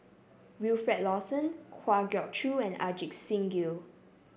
Wilfed Lawson Kwa Geok Choo and Ajit Singh Gill